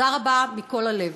תודה רבה מכל הלב.